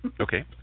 Okay